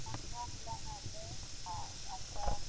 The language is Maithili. चन्दन लेनाइ छै आ अक्षत